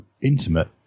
intimate